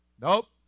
Nope